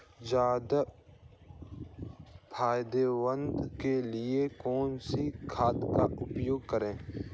ज्यादा पैदावार के लिए कौन सी खाद का प्रयोग करें?